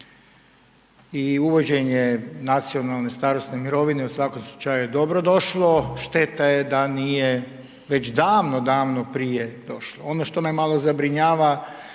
I uvođenje nacionalne starosne mirovine u svakom slučaju je dobrodošlo. Šteta je da nije već davno, davno prije došlo. Ono što me malo zabrinjava